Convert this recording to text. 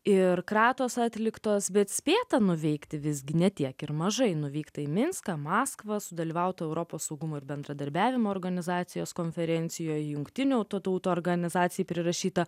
ir kratos atliktos bet spėta nuveikti visgi ne tiek ir mažai nuvykti į minską maskvą sudalyvauti europos saugumo ir bendradarbiavimo organizacijos konferencijoje jungtinių tautų organizacijai prirašyta